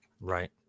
Right